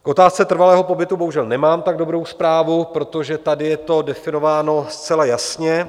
K otázce trvalého pobytu bohužel nemám tak dobrou zprávu, protože tady je to definováno zcela jasně.